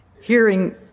hearing